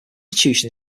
institution